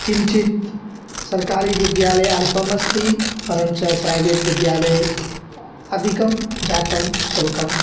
किञ्चित् सर्कारि विद्यालये अल्पम् अस्ति परञ्च प्रैवेट् विद्यालये अधिकं जातं शुल्कम्